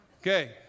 Okay